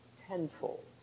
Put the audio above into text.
tenfold